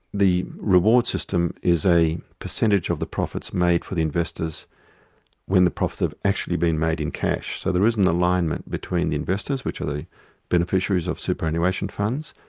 the reward system is a percentage of the profits made for the investors when the profits have actually been made in cash. so there is an alignment between the investors, which are the beneficiaries of superannuation funds,